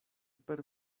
per